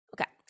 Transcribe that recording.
Okay